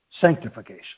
sanctification